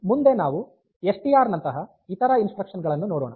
ಮುಂದೆ ನಾವು S T R ನಂತಹ ಇತರ ಇನ್ಸ್ಟ್ರಕ್ಷನ್ ಗಳನ್ನು ನೋಡೋಣ